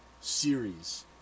series